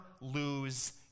lose